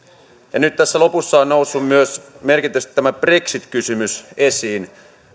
nyt tässä lopussa on noussut merkittävästi myös tämä brexit kysymys esiin